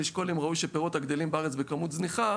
לשקול אם ראוי שפירות הגדלים בארץ בכמות זניחה